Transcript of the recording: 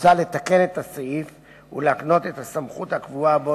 מוצע לתקן את הסעיף ולהקנות את הסמכות הקבועה בו